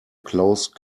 close